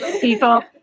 People